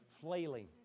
Flailing